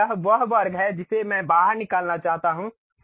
अब यह वह वर्ग है जिसे मैं बाहर निकालना चाहता हूं